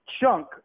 chunk